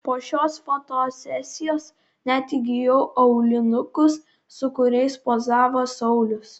po šios fotosesijos net įsigijau aulinukus su kuriais pozavo saulius